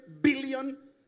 billion